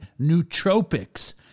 nootropics